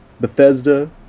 Bethesda